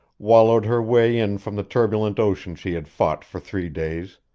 wallowed her way in from the turbulent ocean she had fought for three days,